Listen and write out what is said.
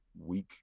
weak